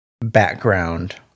background